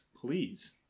Please